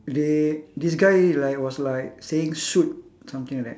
there this guy like was like saying shoot something like that